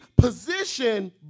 position